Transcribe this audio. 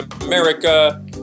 America